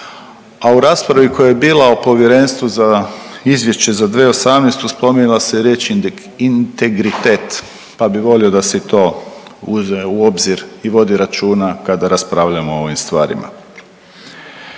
A o raspravi koja je bila o povjerenstvu za izvješće za 2018. spominjala se je riječ integritet, pa bi volio da se i to uzme u obzir i vodi računa kada raspravljamo o ovim stvarima.